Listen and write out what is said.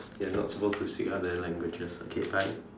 you're not suppose to say out the languages okay bye